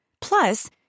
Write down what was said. Plus